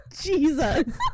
Jesus